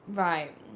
right